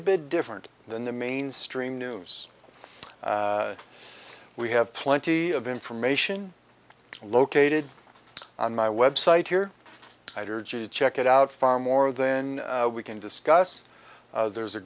a bit different than the mainstream news we have plenty of information located on my website here either judith check it out far more than we can discuss there's a